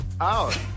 out